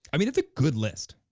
i mean it's a good list.